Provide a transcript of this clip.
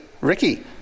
Ricky